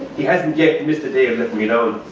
he hasn't yet missed a day of but you know